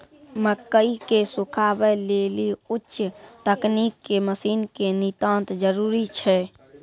मकई के सुखावे लेली उच्च तकनीक के मसीन के नितांत जरूरी छैय?